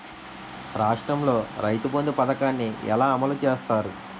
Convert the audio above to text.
రాష్ట్రంలో రైతుబంధు పథకాన్ని ఎలా అమలు చేస్తారు?